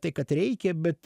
tai kad reikia bet